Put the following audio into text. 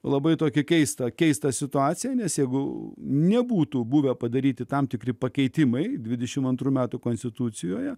labai tokį keistą keistą situaciją nes jeigu nebūtų buvę padaryti tam tikri pakeitimai dvidešim antrų metų konstitucijoje